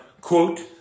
quote